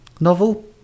novel